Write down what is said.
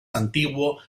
antiguo